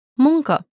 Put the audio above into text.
Munka